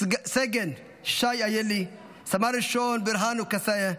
סגן שי איילי, סמ"ר ברהנו קסיה,